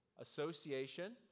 association